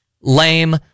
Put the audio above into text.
lame